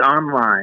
online